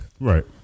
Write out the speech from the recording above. right